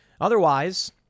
Otherwise